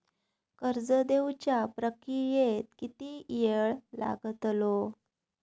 कर्ज देवच्या प्रक्रियेत किती येळ लागतलो?